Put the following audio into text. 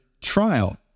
trial